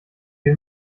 den